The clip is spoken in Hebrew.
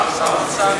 גם עם שר האוצר,